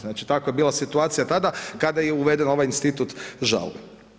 Znači takva je bila situacija tada, kada je uveden ovaj institut žalbe.